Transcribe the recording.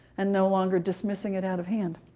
and no longer dismissing it out-of-hand.